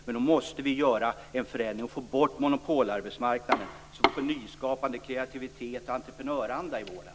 Men då måste göra en förändring och få bort monopolarbetsmarknaden så att vi får nyskapande, kreativitet och entreprenöranda i vården.